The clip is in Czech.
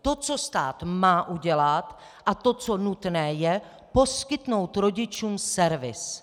To, co stát má udělat a to, co nutné je, poskytnout rodičům servis.